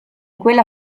quella